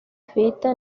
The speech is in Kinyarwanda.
twitter